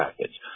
package